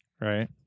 right